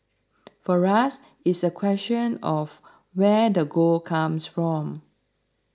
for us it's a question of where the gold comes from